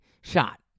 Shot